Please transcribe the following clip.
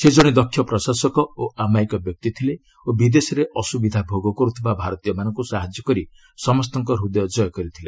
ସେ ଜଣେ ଦକ୍ଷ ପ୍ରଶାସକ ଓ ଅମାୟିକ ବ୍ୟକ୍ତି ଥିଲେ ଓ ବିଦେଶରେ ଅସୁବିଧା ଭୋଗ କରୁଥିବା ଭାରତୀୟମାନଙ୍କୁ ସାହାଯ୍ୟ କରି ସମସ୍ତଙ୍କ ହୃଦୟ ଜୟ କରିଥିଲେ